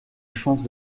chance